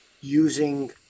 using